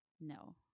No